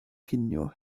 cinio